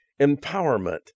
empowerment